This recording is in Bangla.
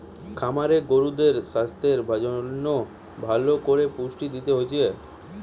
খামারে গরুদের সাস্থের জন্যে ভালো কোরে পুষ্টি দিতে হচ্ছে